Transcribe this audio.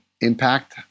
impact